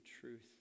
truth